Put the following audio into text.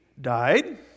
died